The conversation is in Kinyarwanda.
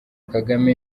kagame